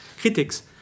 critics